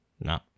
No